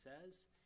says